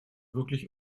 wirklich